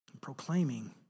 Proclaiming